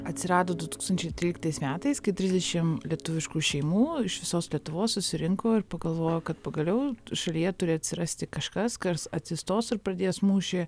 atsirado du tūkstančiai tryliktais metais kai trisdešim lietuviškų šeimų iš visos lietuvos susirinko ir pagalvojo kad pagaliau šalyje turi atsirasti kažkas kas atsistos ir pradės mūšį